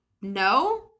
No